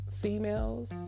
females